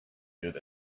good